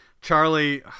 Charlie –